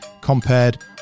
Compared